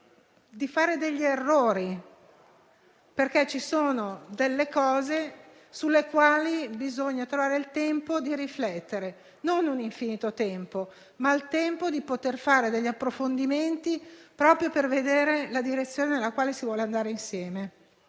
di fare degli errori. Ci sono infatti delle questioni sulle quali bisogna trovare il tempo di riflettere, e non un tempo infinito, ma il tempo di poter fare degli approfondimenti proprio per vedere la direzione nella quale si vuole andare insieme.